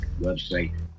website